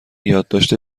یادداشت